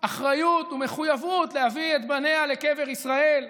אחריות ומחויבות להביא את בניה לקבר ישראל,